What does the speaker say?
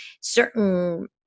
certain